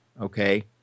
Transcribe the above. okay